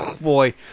Boy